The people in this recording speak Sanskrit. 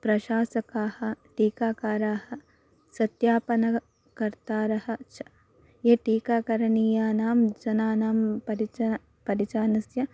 प्रशासकाः टीकाकाराः सत्यापनकर्तारः च ये टीकाकरणीयानां जनानां परिच परिचानस्य